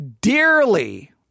dearly